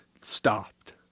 stopped